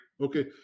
Okay